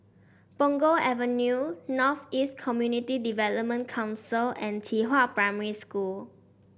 Punggol Avenue North East Community Development Council and Qihua Primary School